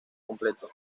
completo